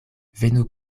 venu